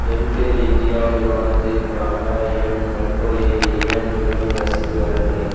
HelpAge India நிறுவனத்திற்கான என் நன்கொடைக்கு ஏன் இன்னும் ரசீது வரவில்லை